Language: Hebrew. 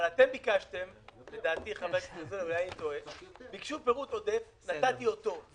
אבל חברי הכנסת ביקשו פירוט עודף, נתתי אותו.